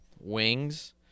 wings